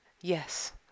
Yes